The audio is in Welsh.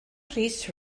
rhys